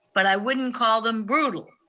but i wouldn't call them brutal.